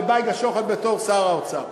ובייגה שוחט בתור שר האוצר.